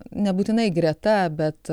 nebūtinai greta bet